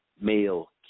male